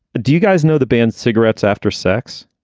do you guys know the band cigarets after sex?